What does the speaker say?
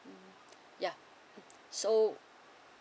yeah so